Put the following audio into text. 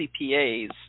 CPAs